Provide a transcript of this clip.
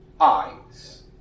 eyes